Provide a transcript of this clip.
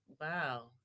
Wow